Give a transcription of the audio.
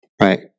Right